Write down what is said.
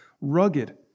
rugged